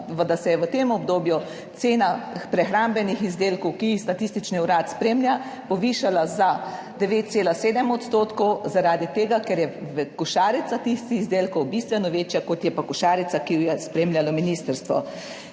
da se je v tem obdobju cena prehrambnih izdelkov, ki jih Statistični urad spremlja, povišala za 9,7 % zaradi tega, ker je košarica tistih izdelkov bistveno večja, kot pa je košarica, ki jo je spremljalo ministrstvo.